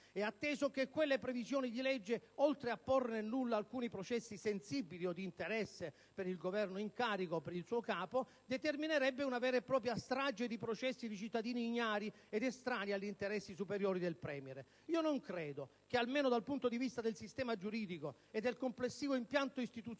atteso che quella previsione di legge, oltre a porre nel nulla alcuni processi sensibili o di interesse per il Governo in carica o per il suo capo, determinerebbe una vera e propria strage di processi di cittadini ignari ed estranei agli interessi superiori del *Premier*. Non credo che, almeno dal punto di vista del sistema giuridico e del complessivo impianto istituzionale